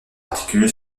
particulier